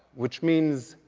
which means,